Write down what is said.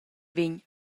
vegn